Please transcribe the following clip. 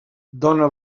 dona